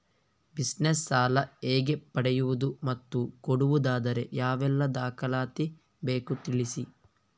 Business ಸಾಲ ಹೇಗೆ ಪಡೆಯುವುದು ಮತ್ತು ಕೊಡುವುದಾದರೆ ಯಾವೆಲ್ಲ ದಾಖಲಾತಿ ಬೇಕು ತಿಳಿಸಿ?